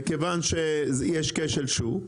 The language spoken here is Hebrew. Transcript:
מכיוון שיש כשל שוק,